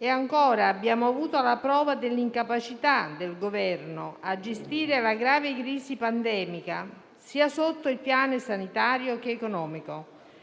Ancora, abbiamo avuto la prova dell'incapacità del Governo di gestire la grave crisi pandemica sia sul piano sanitario sia